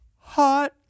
Hot